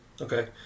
Okay